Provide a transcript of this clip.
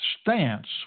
stance